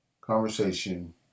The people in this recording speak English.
conversation